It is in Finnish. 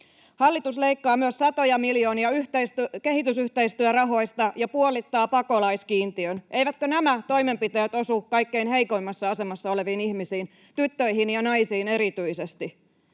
Hallitus leikkaa myös satoja miljoonia kehitysyhteistyörahoista ja puolittaa pakolaiskiintiön. Eivätkö nämä toimenpiteet osu kaikkein heikoimmassa asemassa oleviin ihmisiin, tyttöihin ja naisiin erityisesti?